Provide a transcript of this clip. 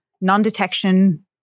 non-detection